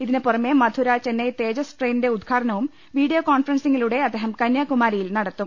ഇതിന് പുറമെ മധൂര ചെന്നൈ തേജസ് ട്രെയിനിന്റെ ഉദ്ഘാടനവും വീഡിയോ കോൺഫ്രൻസിംഗിലൂടെ അദ്ദേഹം കന്യാകുമാരി യിൽ നടത്തും